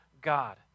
God